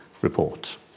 report